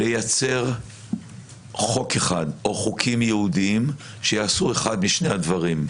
לייצר חוק אחד או חוקים ייעודיים שיעשו אחד משני הדברים: